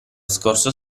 scorso